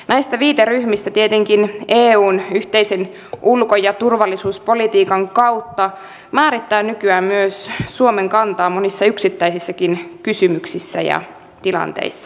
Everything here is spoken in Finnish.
näistä viiteryhmistä tietenkin eu yhteisen ulko ja turvallisuuspolitiikan kautta määrittää nykyään myös suomen kantaa monissa yksittäisissäkin kysymyksissä ja tilanteissa